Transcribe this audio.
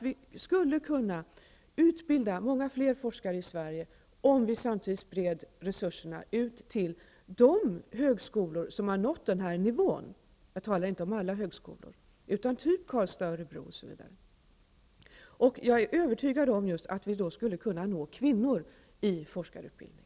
Vi skulle kunna utbilda många fler forskare i Sverige, om vi spred resurserna ut till de högskolor som har nått denna nivå -- jag talar inte om alla högskolor, utan sådana högskolor som i Karlstad, Örebro m.fl. Jag är övertygad om att vi då skulle kunna nå kvinnor i forskarutbildning.